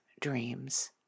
dreams